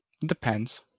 depends